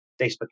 Facebook